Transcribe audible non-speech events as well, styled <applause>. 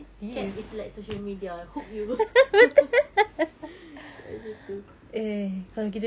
cat is like social media ah hook you <laughs> kan macam tu <noise>